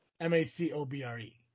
M-A-C-O-B-R-E